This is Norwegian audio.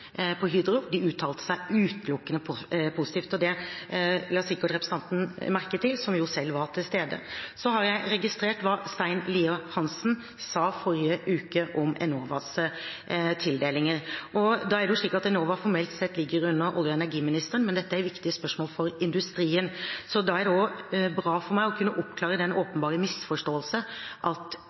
ved Hydro i Porsgrunn. De uttalte seg utelukkende positivt. Det la sikkert representanten merke til, som jo selv var til stede. Jeg har registrert hva Stein Lier-Hansen sa forrige uke om Enovas tildelinger. Det er slik at Enova formelt sett ligger under olje- og energiministeren, men dette er viktige spørsmål for industrien, så det er bra for meg å kunne oppklare den åpenbare misforståelsen at